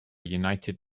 united